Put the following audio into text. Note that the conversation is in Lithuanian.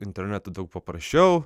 internetu daug paprasčiau